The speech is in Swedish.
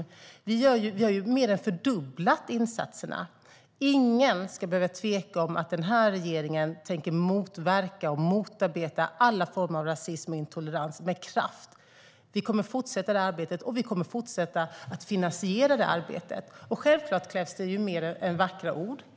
Vi har mer än fördubblat insatserna. Ingen ska behöva tveka om att den här regeringen tänker motverka och motarbeta alla former av rasism och intolerans med kraft. Vi kommer att fortsätta det arbetet, och vi kommer att fortsätta att finansiera det. Självfallet krävs det mer än vackra ord.